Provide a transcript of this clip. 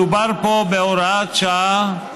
מדובר פה בהוראת שעה,